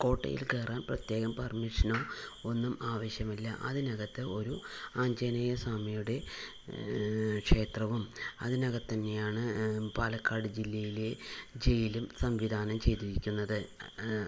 കോട്ടയിൽ കയറാൻ പ്രത്യേകം പെർമിഷനോ ഒന്നും ആവശ്യമില്ല അതിനകത്ത് ഒരു ആഞ്ജനേയ സ്വാമിയുടെ ക്ഷേത്രവും അതിനകത്ത് തന്നെയാണ് പാലക്കാട് ജില്ലയിലെ ജയിലും സംവിധാനം ചെയ്തിരിക്കുന്നത്